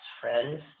friends